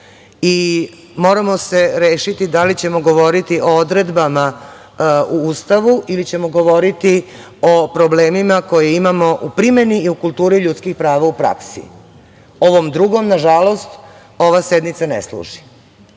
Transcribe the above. godine. Moramo se rešiti da li ćemo govoriti o odredbama u Ustavu ili ćemo govoriti o problemima koje imamo u primeni i u kulturi ljudskih prava u praksi. Ovom drugom nažalost, ova sednica ne služi,